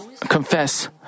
confess